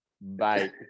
Bye